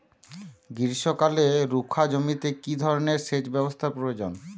গ্রীষ্মকালে রুখা জমিতে কি ধরনের সেচ ব্যবস্থা প্রয়োজন?